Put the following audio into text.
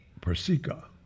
Persica